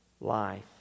life